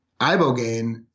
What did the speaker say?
ibogaine